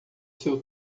seu